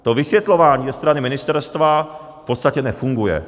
To vysvětlování ze strany ministerstva v podstatě nefunguje.